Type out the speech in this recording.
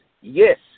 Yes